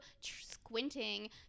squinting